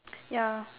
ya